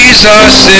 Jesus